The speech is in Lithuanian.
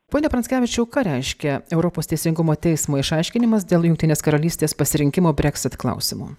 pone pranckevičiau ką reiškia europos teisingumo teismo išaiškinimas dėl jungtinės karalystės pasirinkimo breksit klausimo